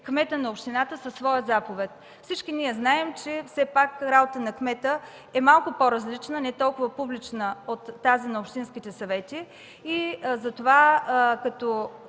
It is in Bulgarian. кметът на общината със своя заповед. Всички ние знаем, че работата на кмета е малко по-различна – не толкова публична – от тази на общинските съвети, и като дадем